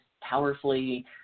powerfully